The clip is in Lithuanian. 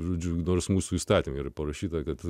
žodžiu nors mūsų įstatymai ir parašyta kad